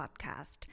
podcast